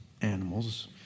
animals